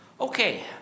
Okay